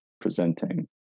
presenting